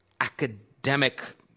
academic